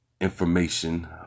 information